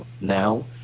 now